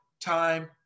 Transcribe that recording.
time